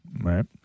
Right